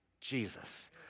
Jesus